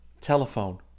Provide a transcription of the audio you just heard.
Telephone